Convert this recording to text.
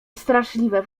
straszliwe